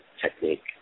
technique